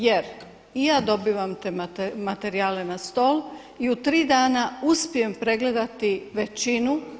Jer i ja dobivam te materijale na stol i u tri dana uspijem pregledati većinu.